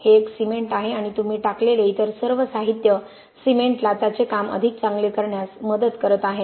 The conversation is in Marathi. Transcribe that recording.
हे एक सिमेंट आहे आणि तुम्ही टाकलेले इतर सर्व साहित्य सिमेंटला त्याचे काम अधिक चांगले करण्यास मदत करत आहे